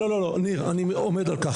לא, ניר, אני עומד על כך.